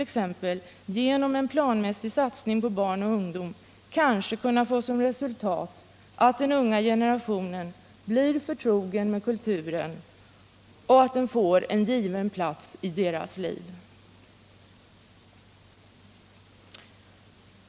En planmässig satsning på barn och ungdom kanske skulle kunna få som resultat att den unga generationen blir förtrogen med kulturen så att den får en given plats i deras liv.